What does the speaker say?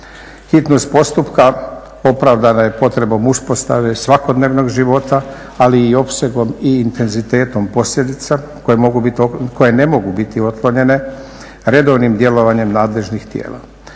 Hitnost postupka opravdana je potrebom uspostave svakodnevnog života, ali i opsegom i intenzitetom posljedica koje ne mogu biti otklonjene redovnim djelovanjem nadležnih tijela.